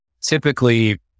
typically